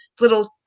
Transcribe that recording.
little